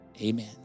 amen